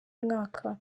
umwaka